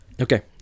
Okay